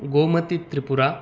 गोमतित्रिपुरा